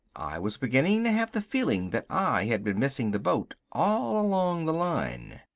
i was beginning to have the feeling that i had been missing the boat all along the line.